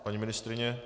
Paní ministryně?